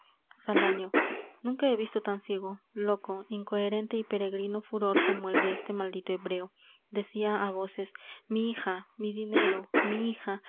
basanio salanio nunca he visto tan ciego loco incoherente y peregrino furor como el de este maldito hebreo decia á voces mi hija mi dinero mi hija